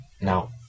Now